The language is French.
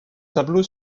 tableau